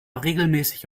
regelmäßig